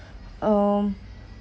um